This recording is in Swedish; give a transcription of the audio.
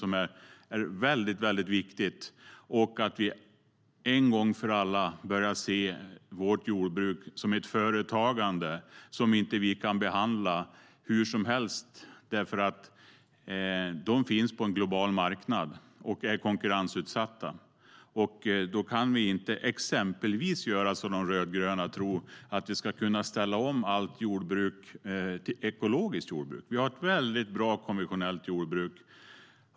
Men frågan är viktig, och vi ska en gång för alla se vårt jordbruk som ett företagande som vi inte kan behandla hur som helst. Jordbruket finns med i en global marknad och är konkurrensutsatt. Då kan vi exempelvis inte göra som de rödgröna tror, nämligen ställa om allt jordbruk till ekologiskt jordbruk. Sverige har ett bra konventionellt jordbruk.